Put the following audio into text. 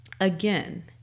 Again